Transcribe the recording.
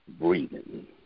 breathing